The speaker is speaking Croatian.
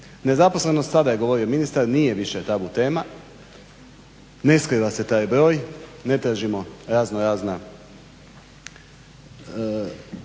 Nezaposlenost, sada je govorio ministar, nije više tabu tema, ne skriva se taj broj, ne tražimo raznorazne